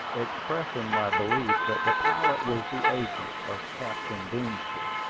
expressing my belief that the pilot was the agent of captain boomsby.